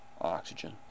oxygen